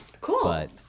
Cool